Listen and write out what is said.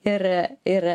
ir ir